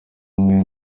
umwe